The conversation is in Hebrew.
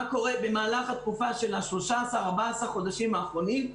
קורה במהלך התקופה של 13-14 החודשים האחרונים.